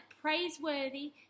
praiseworthy